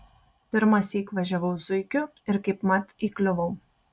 pirmąsyk važiavau zuikiu ir kaipmat įkliuvau